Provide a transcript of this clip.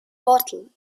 bottle